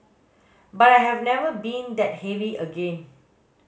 but I have never been that heavy again